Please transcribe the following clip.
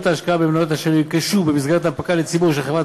ההשקעה במניות אשר נרכשו במסגרת הנפקה לציבור של חברת